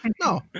no